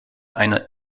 einer